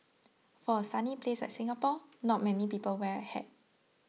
for a sunny place like Singapore not many people wear a hat